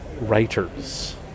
writers